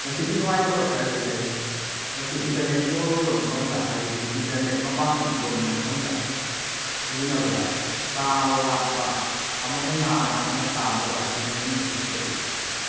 ꯃꯁꯤꯒꯤ ꯅꯨꯉꯥꯏꯇꯕ ꯈꯔꯗꯤ ꯂꯩ ꯃꯁꯤ ꯏꯟꯇꯔꯅꯦꯠ ꯄꯣꯔ ꯑꯣꯏꯕ ꯃꯐꯝꯗ ꯍꯥꯏꯕꯗꯤ ꯏꯟꯇꯔꯅꯦꯠ ꯃꯄꯥꯡꯒꯟ ꯁꯣꯟꯕ ꯃꯐꯝꯗ ꯁꯤꯖꯤꯟꯅꯕꯗ ꯇꯥꯕ ꯋꯥꯠꯄ ꯑꯃꯗ ꯉꯥꯡꯉꯒ ꯑꯃꯅ ꯇꯥꯗꯕ ꯑꯁꯤꯅꯆꯤꯡꯕꯁꯤ ꯊꯣꯀꯏ